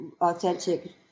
authentic